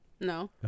No